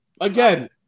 Again